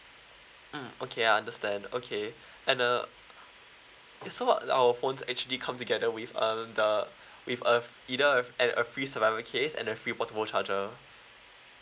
mm okay I understand okay and uh so our phones actually come together with err the with a either a and a free survivor case and then free portable charger